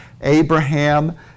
Abraham